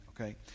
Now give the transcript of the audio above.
okay